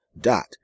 dot